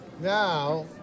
Now